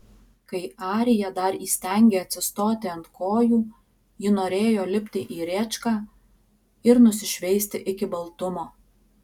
kai arija dar įstengė atsistoti ant kojų ji norėjo lipti į rėčką ir nusišveisti iki baltumo